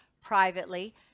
privately